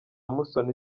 musoni